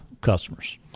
customers